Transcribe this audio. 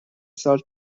سال